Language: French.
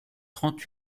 trente